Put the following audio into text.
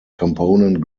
component